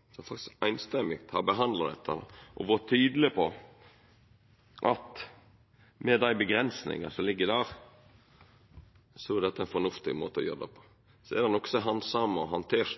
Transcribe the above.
har samrøystes, i handsaminga av det, vore tydeleg på at med dei avgrensingane som ligg der, er dette ein fornuftig måte å gjera det på. Så er det noko som er handsama og handtert,